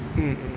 mm mm